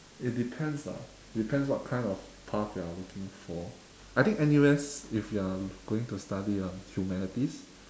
it depends lah depends what kind of path you're looking for I think N_U_S if you're going to study um humanities